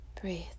Breathe